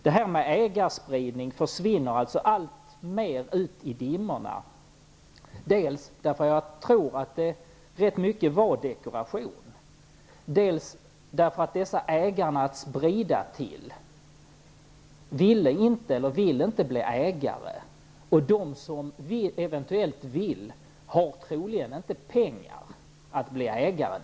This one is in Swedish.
Det här med ägarspridning försvinner alltså alltmer ut i dimmorna, dels därför att rätt mycket var dekoration, dels därför att de som ägandet skulle spridas till inte vill bli ägare och de som eventuellt vill troligen inte har pengar för att bli ägare.